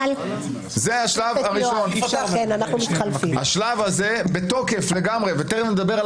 השלב הזה בתוקף לגמרי, תכף נדבר על